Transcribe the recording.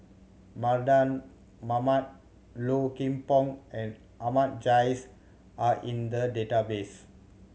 Mardan Mamat Low Kim Pong and Ahmad Jais are in the database